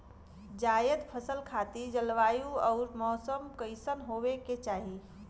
जायद फसल खातिर जलवायु अउर मौसम कइसन होवे के चाही?